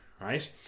right